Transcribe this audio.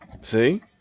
see